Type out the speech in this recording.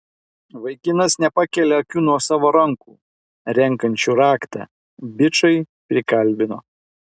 vaikinas nepakelia akių nuo savo rankų renkančių raktą bičai prikalbino